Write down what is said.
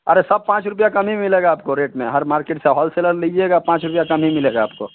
अरे सब पाँच रुपया कम ही मिलेगा आपको रेट में हर मार्केट से हॉलसेलर लिजीएगा पाँच रुपया कम ही मिलेगा आपको